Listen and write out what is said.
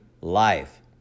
life